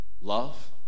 Love